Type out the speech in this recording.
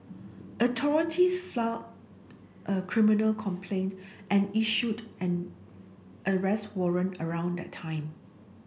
authorities filed a criminal complaint and issued an arrest warrant around that time